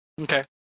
Okay